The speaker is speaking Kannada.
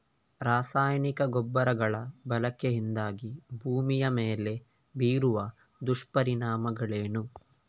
ರಾಸಾಯನಿಕ ಗೊಬ್ಬರಗಳ ಬಳಕೆಯಿಂದಾಗಿ ಭೂಮಿಯ ಮೇಲೆ ಬೀರುವ ದುಷ್ಪರಿಣಾಮಗಳೇನು?